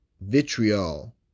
Vitriol